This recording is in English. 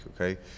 okay